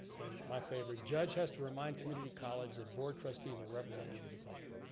and my favorite, judge has to remind community college that board trustees are representatives of the public.